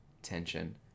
tension